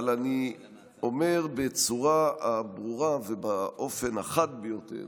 אבל אני אומר בצורה הברורה ובאופן החד ביותר